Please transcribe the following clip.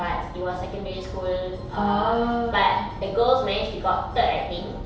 but it was secondary school err but the girls managed to got third I think